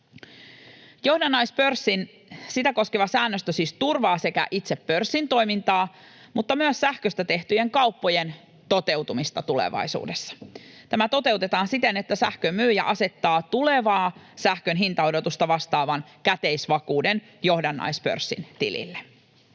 Johdannaispörssiä koskeva säännöstö siis turvaa sekä itse pörssin toimintaa että myös sähköstä tehtyjen kauppojen toteutumista tulevaisuudessa. Tämä toteutetaan siten, että sähkönmyyjä asettaa tulevaa sähkön hintaodotusta vastaavan käteisvakuuden johdannaispörssin tilille.